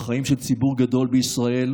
בחיים של ציבור גדול בישראל,